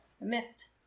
missed